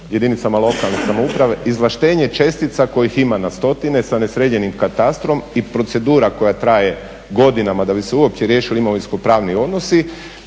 jedinicama lokalne samouprave izvlaštenje čestica kojih ima na stotine sa nesređenim katastrom i procedura koja traje godinama da bi se uopće riješili imovinskopravni odnosi